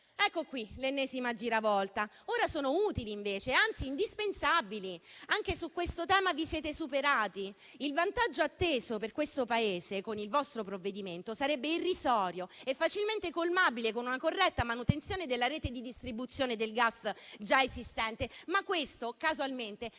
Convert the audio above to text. ecco l'ennesima giravolta: ora invece sono utili, anzi indispensabili. Anche su questo tema vi siete superati. Il vantaggio atteso per questo Paese, con il vostro provvedimento, sarebbe irrisorio e facilmente colmabile con una corretta manutenzione della rete di distribuzione del gas già esistente. Ma questo, casualmente, a nessuno